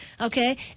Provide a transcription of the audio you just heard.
Okay